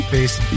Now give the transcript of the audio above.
Face